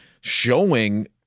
showing